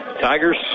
Tigers